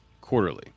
quarterly